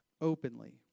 openly